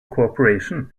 cooperation